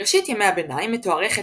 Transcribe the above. ראשית ימי הביניים מתוארכת,